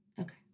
Okay